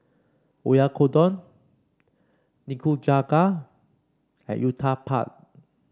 Oyakodon Nikujaga and Uthapam